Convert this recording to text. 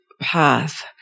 path